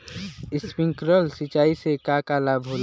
Sprinkler सिंचाई से का का लाभ ह?